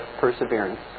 perseverance